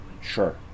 sure